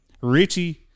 Richie